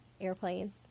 Airplanes